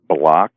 block